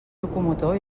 locomotor